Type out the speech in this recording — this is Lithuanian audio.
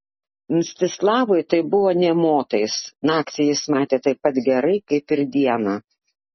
mstislavui tai buvo nė motais naktį jis matė taip pat gerai kaip ir dieną